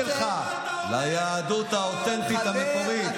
איזו אהבה, לא שלך, ליהדות האותנטית, המקורית.